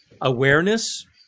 awareness